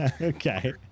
Okay